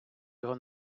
його